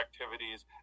activities